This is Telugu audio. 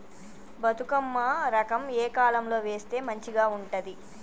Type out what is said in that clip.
బతుకమ్మ రకం ఏ కాలం లో వేస్తే మంచిగా ఉంటది?